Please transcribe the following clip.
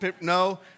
No